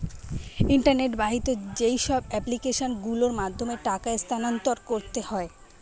internet বাহিত যেইসব application গুলোর মাধ্যমে টাকা স্থানান্তর করতে হয়